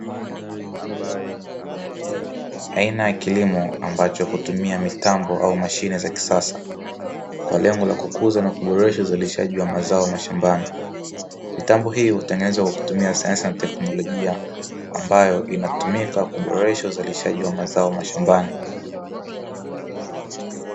Aina ya kilimo, ambacho hutumia mitambo au mashine za kisasa kwa lengo na kukuza na kuboresha uzalishaji wa mazao mashambani. Mitambo hiyo hutengenezwa kwa kutumia sayansi na teknolojia ambayo inatumika kuboresha uzalishaji wa mazao mashambani.